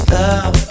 love